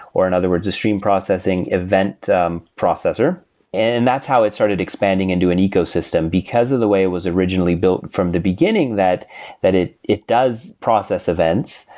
or in other words the stream processing event processor and that's how it started expanding into an ecosystem, because of the way it was originally built from the beginning that that it it does process events.